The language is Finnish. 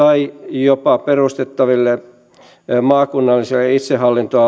jopa perustettaville maakunnallisille itsehallintoalueille tällaiseen kokeiluun